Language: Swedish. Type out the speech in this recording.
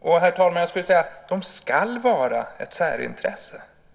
och - låt mig säga så, herr talman - ska också vara ett särintresse.